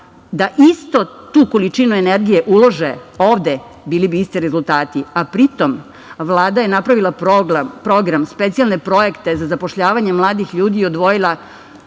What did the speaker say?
da istu tu količinu energije ulože ovde, bili bi isti rezultati, a pri tom, Vlada je napravila program, specijalne projekte za zapošljavanje mladih ljudi i odvojila